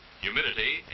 Humidity